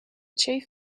chief